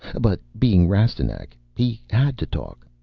but being rastignac, he had to talk.